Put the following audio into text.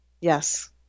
Yes